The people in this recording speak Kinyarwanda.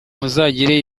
muzagire